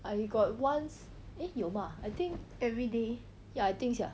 I got once eh 有吗 I think ya I think sia